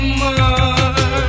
more